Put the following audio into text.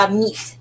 meat